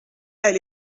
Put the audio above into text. elle